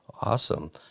Awesome